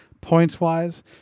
points-wise